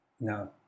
No